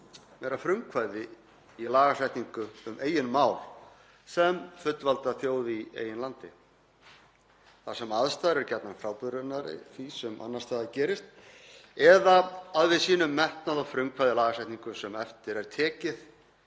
meira frumkvæði í lagasetningu um eigin mál sem fullvalda þjóð í eigin landi þar sem aðstæður eru gjarnan frábrugðnar því sem annars staðar gerist, eða að við sýnum metnað og frumkvæði í lagasetningu sem eftir er tekið